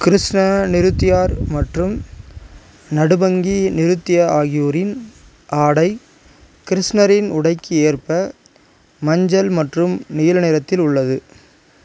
கிருஷ்ண நிருத்யர் மற்றும் நடுபங்கி நிருத்ய ஆகியோரின் ஆடை கிருஷ்ணரின் உடைக்கு ஏற்ப மஞ்சள் மற்றும் நீல நிறத்தில் உள்ளது